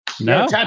No